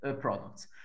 products